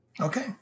Okay